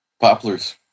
Poplars